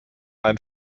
ein